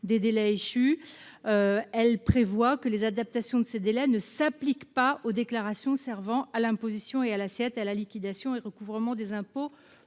cette même période, prévoit que les adaptations des délais « ne s'appliquent pas aux déclarations servant à l'imposition et à l'assiette, à la liquidation et au recouvrement des impôts,